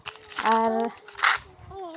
ᱟᱨ